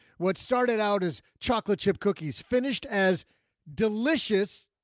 what started out as chocolate chip cookies finished as delicious.